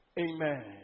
Amen